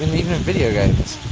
and even in video games.